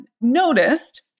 noticed